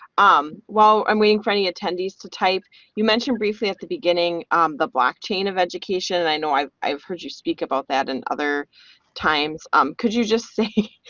um while i'm waiting for any attendees to type you mentioned briefly at the beginning the block chain of education. i know i've i've heard you speak about that and other times um could you just say